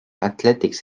athletics